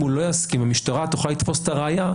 הוא לא יסכים המשטרה תוכל לתפוס את הראיה,